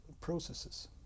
processes